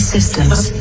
Systems